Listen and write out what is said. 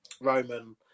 Roman